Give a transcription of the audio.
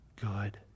good